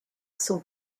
sont